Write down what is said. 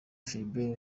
philbert